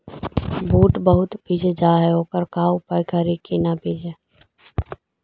बुट बहुत बिजझ जा हे ओकर का उपाय करियै कि न बिजझे?